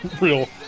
Real